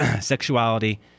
sexuality